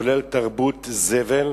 כולל תרבות זבל,